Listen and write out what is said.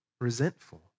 Resentful